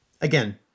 again